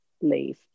leave